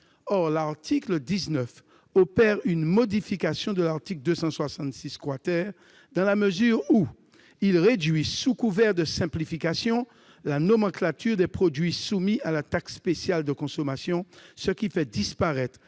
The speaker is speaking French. Or l'article 19 tend à opérer une modification de l'article 266 , dans la mesure où il réduit, sous couvert de simplification, la nomenclature des produits soumis à la taxe spéciale de consommation, ce qui fait disparaître